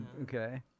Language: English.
Okay